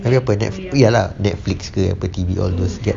lagi apa ya lah Netflix ke apa T_V all those kan